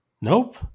Nope